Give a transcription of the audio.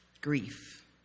grief